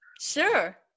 Sure